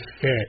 fit